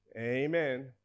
Amen